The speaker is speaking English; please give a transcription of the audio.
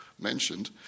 mentioned